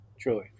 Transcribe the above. truly